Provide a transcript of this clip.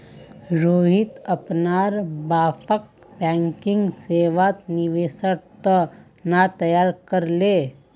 रोहित अपनार बापक बैंकिंग सेवात निवेशेर त न तैयार कर ले